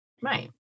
Right